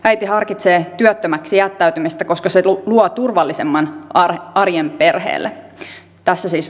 äiti harkitsee työttömäksi jättäytymistä koska se luo turvallisemman arjen perheelle